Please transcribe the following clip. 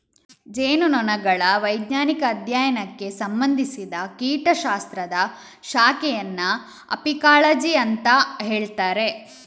ಜೇನುನೊಣಗಳ ವೈಜ್ಞಾನಿಕ ಅಧ್ಯಯನಕ್ಕೆ ಸಂಬಂಧಿಸಿದ ಕೀಟ ಶಾಸ್ತ್ರದ ಶಾಖೆಯನ್ನ ಅಪಿಕಾಲಜಿ ಅಂತ ಹೇಳ್ತಾರೆ